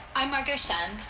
i'm margo shen.